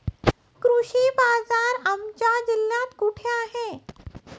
कृषी बाजार आमच्या जिल्ह्यात कुठे आहे?